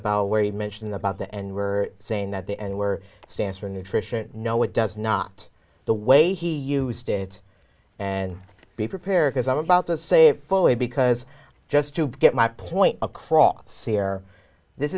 about where he mentioned about the and we're saying that the and we're stands for nutrition no it does not the way he used it and be prepared because i'm about to say it fully because just to get my point across sear this